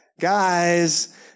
guys